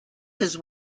his